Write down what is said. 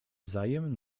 wzajem